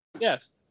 yes